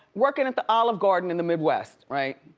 working at the olive garden in the midwest, right?